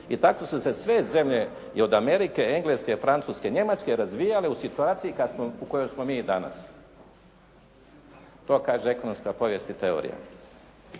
I tako su se sve zemlje i od Amerike, Engleske, Francuske, Njemačke razvijale u situaciji u kojoj smo mi danas. To kaže ekonomska povijest i teorija.